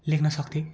लेख्न सक्थे